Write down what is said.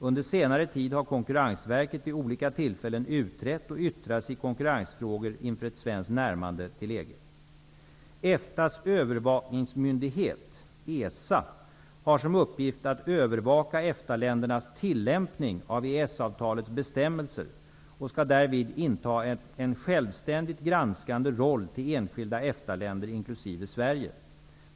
Under senare tid har Konkurrensverket vid olika tillfällen utrett och yttrat sig i konkurrensfrågor inför ett svenskt närmande till EG. EFTA:s övervakningsmyndighet har som uppgift att övervaka EFTA-ländernas tillämpning av EES-avtalets bestämmelser och skall därvid inta en självständigt granskande roll till enskilda EFTA länder, inkl. Sverige.